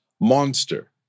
monster